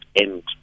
end